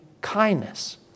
kindness